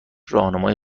راهنمای